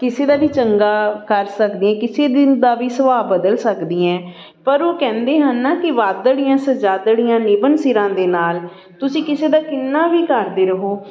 ਕਿਸੇ ਦਾ ਵੀ ਚੰਗਾ ਕਰ ਸਕਦੀ ਕਿਸੇ ਦਿਨ ਦਾ ਵੀ ਸੁਭਾਅ ਬਦਲ ਸਕਦੀ ਹੈ ਪਰ ਉਹ ਕਹਿੰਦੇ ਹਨ ਕਿ ਵਾਦੜੀਆਂ ਸਜਾਦੜੀਆਂ ਨਿਭਣ ਸਿਰਾਂ ਦੇ ਨਾਲ ਤੁਸੀਂ ਕਿਸੇ ਦਾ ਕਿੰਨਾ ਵੀ ਕਰਦੇ ਰਹੋ